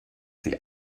sie